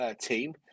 team